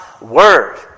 word